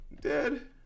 dead